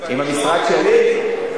המשרד שלי?